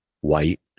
white